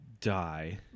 die